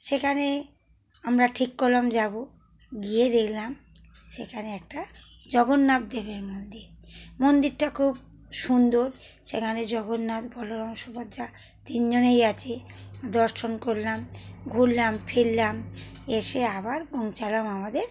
সেখানে আমরা ঠিক করলাম যাবো গিয়ে দেখলাম সেখানে একটা জগন্নাথ দেবের মন্দির মন্দিরটা খুব সুন্দর সেখানে জগন্নাথ বলরাম সুভদ্রা তিন জনেই আছে দর্শন করলাম ঘুরলাম ফিরলাম এসে আবার পৌঁছালাম আমাদের